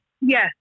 Yes